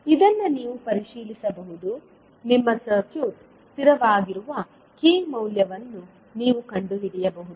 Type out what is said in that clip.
ಇದನ್ನ ನೀವು ಪರಿಶೀಲಿಸಬಹುದು ನಿಮ್ಮ ಸರ್ಕ್ಯೂಟ್ ಸ್ಥಿರವಾಗಿರುವ k ಮೌಲ್ಯವನ್ನು ನೀವು ಕಂಡುಹಿಡಿಯಬಹುದು